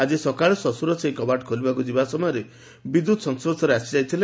ଆଜି ସକାଳେ ଶଶୁର ସେହି କବାଟ ଖୋଲିବାକୁ ଯିବା ସମୟରେ ବିଦ୍ୟୁତ ସଂସର୍ଶରେ ଆସିଯାଇଥିଲେ